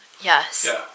Yes